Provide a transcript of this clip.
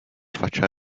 faccia